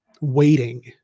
waiting